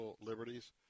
liberties